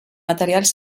materials